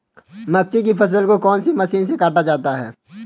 मक्के की फसल को कौन सी मशीन से काटा जाता है?